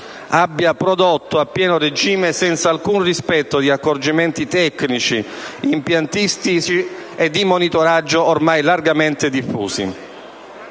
abbia prodotto a pieno regime, senza alcun rispetto di accorgimenti tecnici, impiantistici e di monitoraggio ormai largamente diffusi.